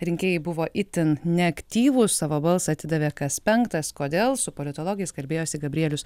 rinkėjai buvo itin neaktyvūs savo balsą atidavė kas penktas kodėl su politologais kalbėjosi gabrielius